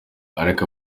ariko